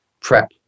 prep